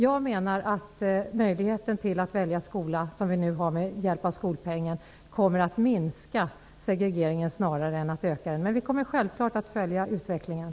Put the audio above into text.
Jag menar att möjligheten att välja skola med hjälp av skolpeng kommer att minska segregeringen snarare än att öka den. Vi kommer självfallet att följa utvecklingen.